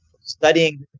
studying